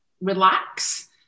relax